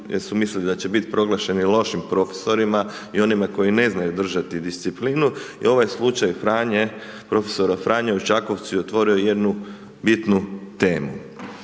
jer su mislili da će biti proglašeni lošim profesorima i onima koji ne znaju držati disciplinu i ovaj slučaj Franje, profesora Franje u Čakovcu je otvorio jednu bitnu temu.